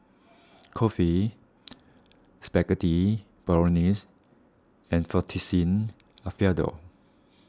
Kulfi Spaghetti Bolognese and Fettuccine Alfredo